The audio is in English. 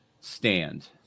stand